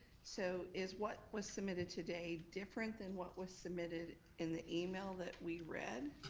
so is what was submitted today different than what was submitted in the email that we read?